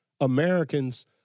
Americans